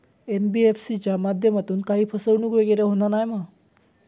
NBFC च्या माध्यमातून काही फसवणूक वगैरे होना नाय मा?